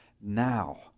Now